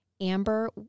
Amber